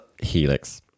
Helix